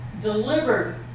delivered